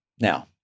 Now